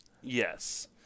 Yes